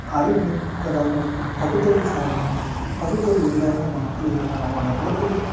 அறிவுமிகமிக்கதாகவும் இருக்கும் பகுத்தறிவு சார்பாக இருக்கும் பகுத்தறிவு இல்லாமல் இந்த மக்கள் யா அவங்களுடைய பிறப்பில்